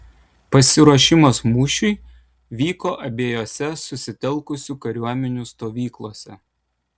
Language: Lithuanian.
pasiruošimas mūšiui vyko abiejose susitelkusių kariuomenių stovyklose